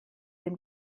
dem